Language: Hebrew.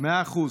מאה אחוז.